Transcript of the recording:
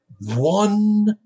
one